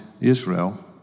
Israel